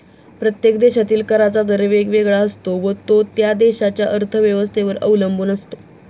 प्रत्येक देशातील कराचा दर वेगवेगळा असतो व तो त्या देशाच्या अर्थव्यवस्थेवर अवलंबून असतो